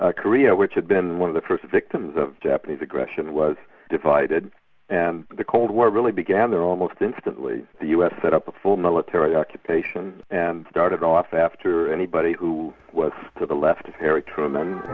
ah korea, which has been one of the first victims of japanese aggression, was divided and the cold war really began there almost instantly. the us set up a full military occupation and started off after anybody who was to the left of harry truman.